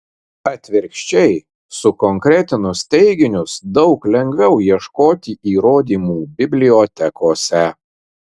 atvirkščiai sukonkretinus teiginius daug lengviau ieškoti įrodymų bibliotekose